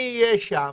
אני אהיה שם